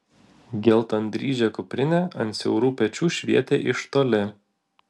geltondryžė kuprinė ant siaurų pečių švietė iš toli